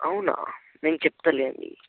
అవునా నేను చెప్తాలేండి